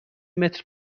متر